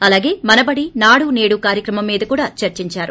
అలాగే మనబడి నాడు సేడు కార్యక్రమం మీద కూడా చర్చించారు